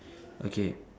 okay